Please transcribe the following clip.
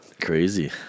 Crazy